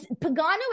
Pagano